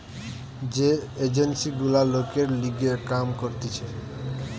যে এজেন্সি গুলা লোকের লিগে কাম করতিছে